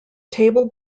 table